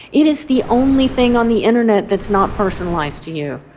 it is the only thing on the internet that's not personalised to you,